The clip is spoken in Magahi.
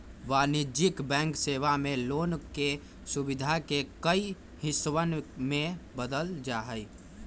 वाणिज्यिक बैंक सेवा मे लोन के सुविधा के कई हिस्सवन में देवल जाहई